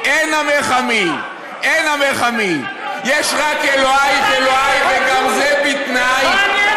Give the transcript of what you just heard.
אין "עמך עמי", אין "עמך עמי" מספיק עם הדמגוגיה.